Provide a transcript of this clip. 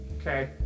Okay